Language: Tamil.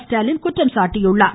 ஸ்டாலின் குற்றம் சாட்டியுள்ளார்